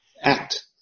act